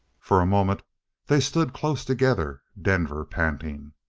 for a moment they stood close together, denver panting.